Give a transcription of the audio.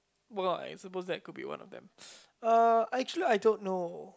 well I suppose that could be one of them uh actually I don't know